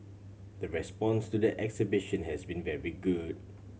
the response to the exhibition has been very good